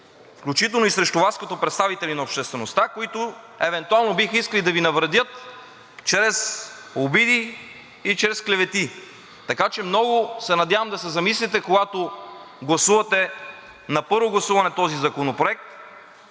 включително и срещу Вас като представители на обществеността, които евентуално биха искали да Ви навредят чрез обиди и чрез клевети. Така че много се надявам да се замислите, когато гласувате на първо гласуване този законопроект,